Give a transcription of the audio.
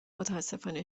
متأسفانه